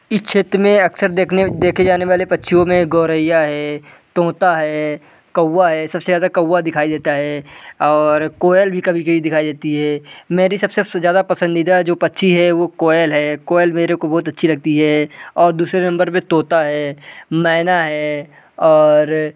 इस क्षेत्र में अक्सर देखने देखे जाने वाले पक्षिओं मे गोरैया है तोता है कौआ है सबसे ज़्यादा कौआ दिखाई देता है और कोयल भी कभी कभी दिखाई देती है मेरी सबसे ज़्यादा पसंदीदा जो पक्षी है वो कोयल है कोयल मेरे को बहुत अच्छी लगती है दूसरे नंबर पर तोता है मैना है और